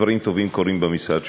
שדברים טובים קורים במשרד שלך.